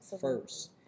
first